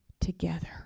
together